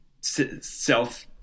self